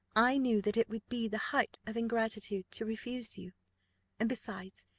i knew that it would be the height of ingratitude to refuse you and besides,